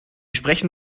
sprechen